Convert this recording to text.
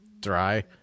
Dry